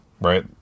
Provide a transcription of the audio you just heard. Right